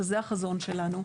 שזה החזון שלנו.